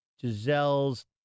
Giselle's